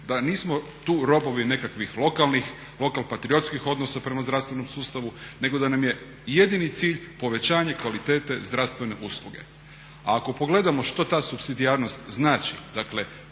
da nismo robovi tu nekakvih lokalnih lokalpatriotskih odnosa prema zdravstvenom sustavu nego da nam je jedini cilj povećanje kvalitete zdravstvene usluge. Ako pogledamo što ta supsidijarnost znači dakle